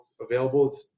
available